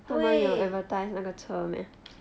对